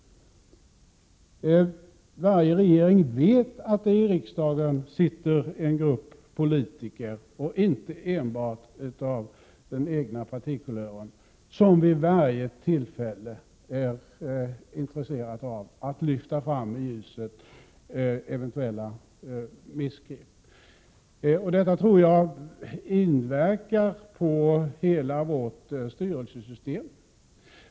Varje regering vet att det i riksdagen sitter en grupp politiker, inte enbart av den egna partikulören, som vid varje tillfälle är intresserade av att lyfta fram i ljuset eventuella missgrepp. Detta tror jag inverkar på hela vårt styrelsesystem.